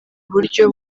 uburyo